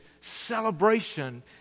celebration